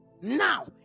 Now